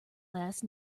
last